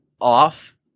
off